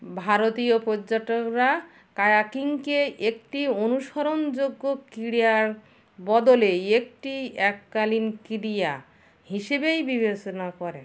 ভারতীয় পর্যটকরা কায়াকিংকে একটি অনুসরণযোগ্য ক্রীড়ার বদলে একটি এককালীন ক্রিয়া হিসেবেই বিবেচনা করে